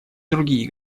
другие